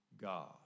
God